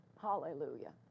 Hallelujah